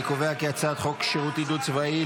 אני קובע כי הצעת חוק עידוד שירות צבאי,